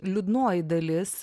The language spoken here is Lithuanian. liūdnoji dalis